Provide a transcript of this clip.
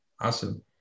awesome